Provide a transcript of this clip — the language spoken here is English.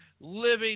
living